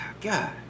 God